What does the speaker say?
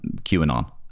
QAnon